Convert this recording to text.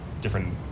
different